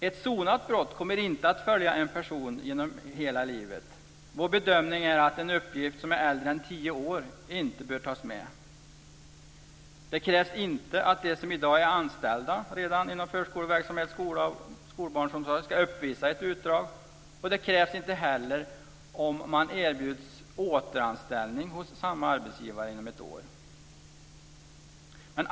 Ett sonat brott kommer inte att följa en person genom hela livet, då bedömningen är att uppgifter som är äldre än tio år inte bör tas med. Det krävs inte att de som redan i dag är anställda inom förskoleverksamhet, skola och skolbarnsomsorg ska uppvisa ett utdrag, och det krävs inte heller om man erbjuds återanställning hos samma arbetsgivare inom ett år.